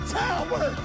tower